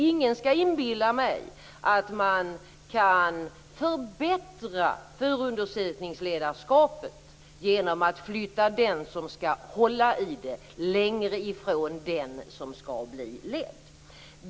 Ingen skall inbilla mig att man kan förbättra förundersökningsledarskapet genom att flytta den som skall hålla i det längre ifrån den som skall bli ledd.